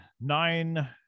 nine